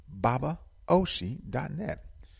babaoshi.net